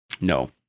No